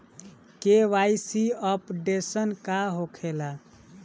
KYC updation का होखेला?